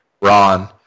Ron